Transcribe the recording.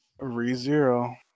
ReZero